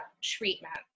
treatment